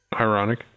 Ironic